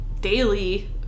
daily